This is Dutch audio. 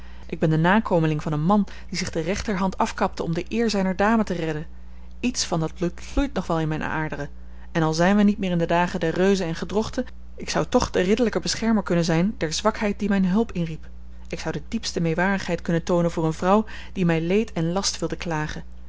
ik ben de nakomeling van een man die zich de rechterhand afkapte om de eer zijner dame te redden iets van dat bloed vloeit nog wel in mijne aderen en al zijn wij niet meer in de dagen der reuzen en gedrochten ik zou toch de ridderlijke beschermer kunnen zijn der zwakheid die mijne hulp inriep ik zou de diepste meewarigheid kunnen toonen voor eene vrouw die mij leed en last wilde klagen